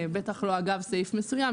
בטח לא אגב סעיף מסוים,